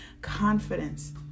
confidence